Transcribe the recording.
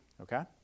Okay